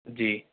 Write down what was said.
جی